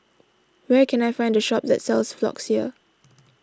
where can I find the shop that sells Floxia